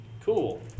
Cool